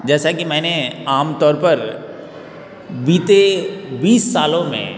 जैसा कि मैंने आम तौर पर बीते बीस सालो में